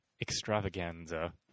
extravaganza